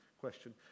question